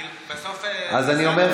אז אני אומר,